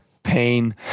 pain